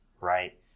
right